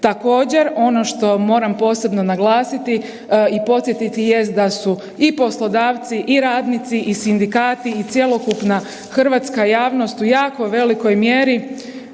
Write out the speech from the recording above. Također ono što moram posebno naglasiti i podsjetiti jest da su i poslodavci i radnici i sindikati i cjelokupna hrvatska javnost u jako velikoj mjeri